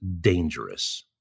dangerous